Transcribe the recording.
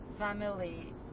Family